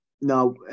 No